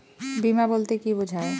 বিমা বলতে কি বোঝায়?